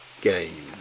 game